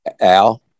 Al